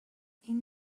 این